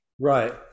Right